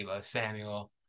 Samuel